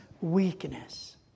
weakness